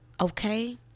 okay